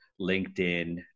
LinkedIn